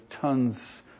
tons